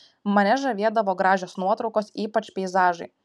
mane žavėdavo gražios nuotraukos ypač peizažai